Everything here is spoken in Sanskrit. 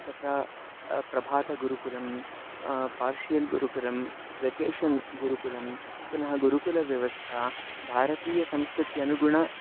तत्र प्रभातगुरुकुलं पार्शियल् गुरुकुलं वेकेशन् गुरुकुलं पुनः गुरुकुलव्यवस्था भारतीय संस्कृत्यनुगुणम्